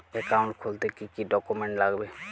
Account খুলতে কি কি ডকুমেন্ট লাগবে?